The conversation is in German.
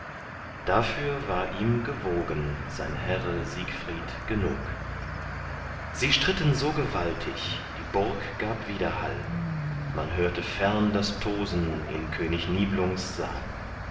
dafür war ihm gewogen sein herre siegfried genug sie stritten so gewaltig die burg gab widerhall man hörte fern das tosen in könig niblungs saal